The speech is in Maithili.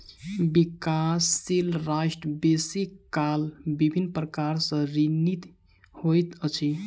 विकासशील राष्ट्र बेसी काल विभिन्न प्रकार सँ ऋणी होइत अछि